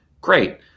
Great